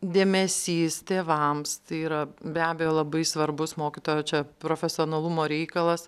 dėmesys tėvams tai yra be abejo labai svarbus mokytojo čia profesionalumo reikalas